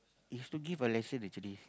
it's to give a lesson actually